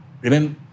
remember